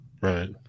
Right